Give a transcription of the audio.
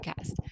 podcast